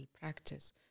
practice